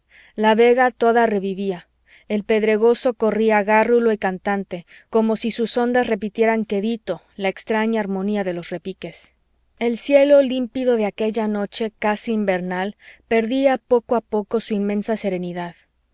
la vega toda revivía el pedregoso corría gárrulo y cantante como si sus ondas repitieran quedito la extraña harmonía de los repiques el cielo límpido de aquella noche casi invernal perdía poco a poco su inmensa serenidad